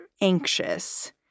anxious